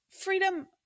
freedom